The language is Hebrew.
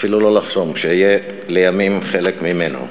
לא לחלום, שאהיה לימים חלק ממנו.